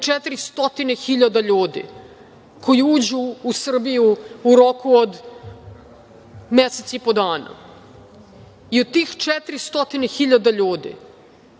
400.000 ljudi koji uđu u Srbiju u roku od mesec i po dana i od tih 400.000 se